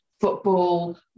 football